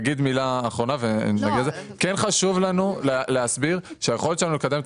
כן חשוב לנו להסביר שהיכולת שלנו לקדם את